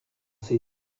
ses